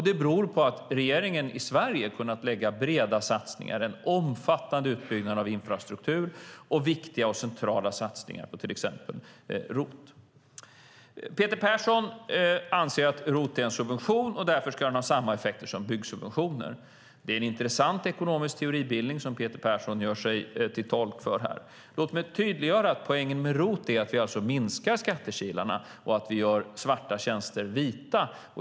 Det beror på att regeringen i Sverige har kunnat lägga breda satsningar med en omfattande utbyggnad av infrastruktur och viktiga och centrala satsningar på till exempel ROT. Peter Persson anser att ROT är en subvention, och därför ska den ha samma effekter som byggsubventioner. Det är en intressant ekonomisk teoribildning som Peter Persson gör sig till tolk för. Låt mig tydliggöra att poängen med ROT alltså är att vi minskar skattekilarna och att vi gör svarta tjänster vita.